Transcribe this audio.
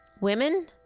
Women